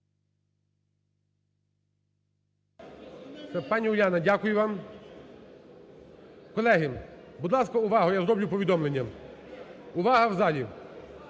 дякую вам.